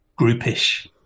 groupish